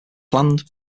planned